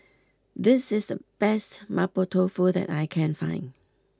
this is the best Mapo Tofu that I can find